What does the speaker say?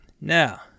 Now